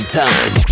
time